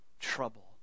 trouble